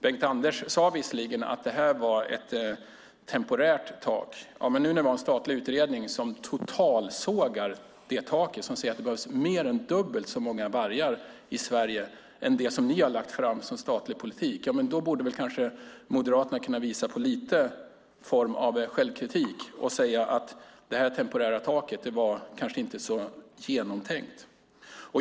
Bengt-Anders Johansson sade visserligen att det här var ett temporärt tak, men när vi nu har en statlig utredning som totalsågar det taket och säger att det behövs mer än dubbelt så många vargar i Sverige än det som ni har lagt fram som statlig politik, då borde kanske Moderaterna kunna visa på någon form av självkritik och säga att detta temporära tak kanske inte var så genomtänkt.